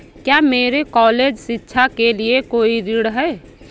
क्या मेरे कॉलेज शिक्षा के लिए कोई ऋण है?